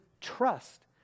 trust